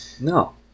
no